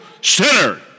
sinner